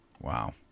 Wow